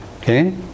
okay